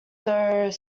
though